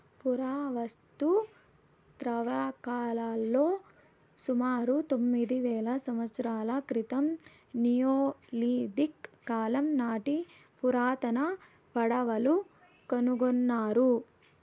పురావస్తు త్రవ్వకాలలో సుమారు తొమ్మిది వేల సంవత్సరాల క్రితం నియోలిథిక్ కాలం నాటి పురాతన పడవలు కనుకొన్నారు